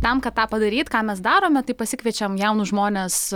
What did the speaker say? tam kad tą padaryt ką mes darome tai pasikviečiame jaunus žmones